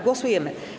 Głosujemy.